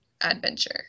Adventure